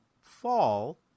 fall